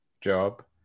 job